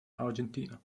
argentina